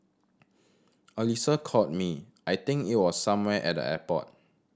Alyssa called me I think it was somewhere at the airport